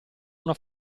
una